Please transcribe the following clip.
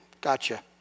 Gotcha